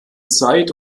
zeit